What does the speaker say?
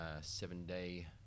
seven-day